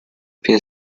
been